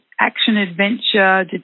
action-adventure